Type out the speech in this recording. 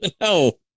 no